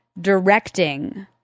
Directing